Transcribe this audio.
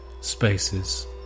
spaces